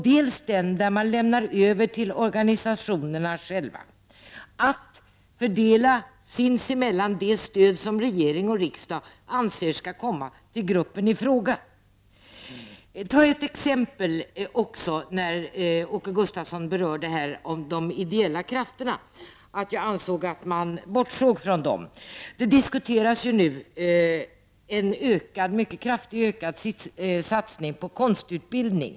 Det andra sättet innebär att man låter organisationerna sinsemellan själva fördela det stöd som regering och riksdag anser skall komma till gruppen i fråga. Jag vill nämna ett exempel med anledning av att Åke Gustavsson berörde de ideella krafterna och att jag ansåg att man bortsåg från dem. Nu diskuteras en mycket kraftigt ökad satsning på konstutbildning.